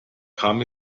kam